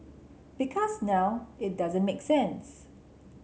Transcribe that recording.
because now it doesn't make sense